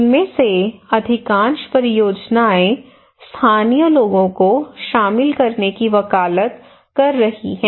इनमें से अधिकांश परियोजनाएं स्थानीय लोगों को शामिल करने की वकालत कर रही हैं